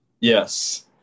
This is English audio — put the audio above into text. Yes